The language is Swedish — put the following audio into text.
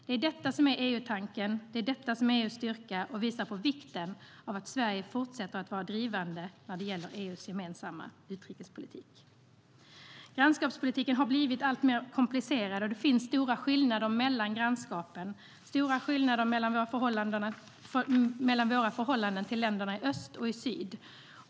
Det är detta som är EU-tanken, och det är detta som är EU:s styrka och som visar på vikten av att Sverige fortsätter att vara drivande när det gäller EU:s gemensamma utrikespolitik. Grannskapspolitiken har blivit alltmer komplicerad, och det finns stora skillnader mellan grannskapen och stora skillnader mellan vårt förhållande till länderna i öst och i syd.